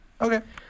okay